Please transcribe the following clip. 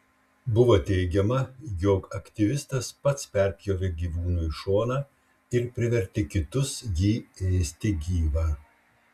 buvo teigiama jog aktyvistas pats perpjovė gyvūnui šoną ir privertė kitus jį ėsti gyvą